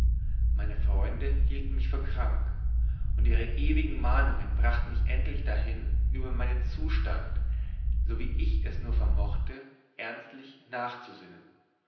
meine freunde hielten mich für krank und ihre ewigen mahnungen brachten mich endlich dahin über meinen zustand so wie ich es nur vermochte ernstlich nachzusinnen